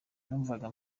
numvaga